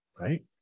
right